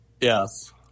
Yes